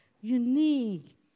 unique